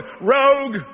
rogue